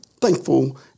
thankful